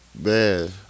Man